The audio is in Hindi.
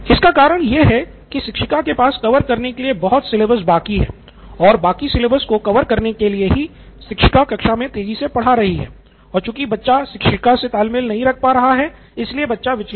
इसका कारण है की शिक्षिका के पास कवर करने के लिए बहुत सिलेबस बाकी हैं और बाकी सिलेबस को कवर करने के लिए ही शिक्षिका कक्षा मे तेजी से पढ़ा रही है और चूंकि बच्चा शिक्षिका से तालमेल नहीं रख पा रहा है इसलिए बच्चा विचलित है